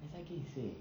it's like you say